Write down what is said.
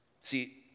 See